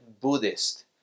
Buddhist